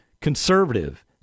conservative